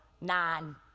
nine